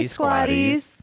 Squatties